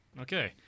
Okay